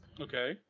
Okay